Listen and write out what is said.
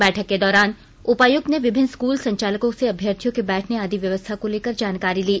बैठक के दौरान उपायुक्त ने विभिन्न स्कूल संचालकों से अभ्यर्थियों के बैठने आदि व्यवस्था को लेकर जानकारी ली